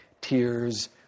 tears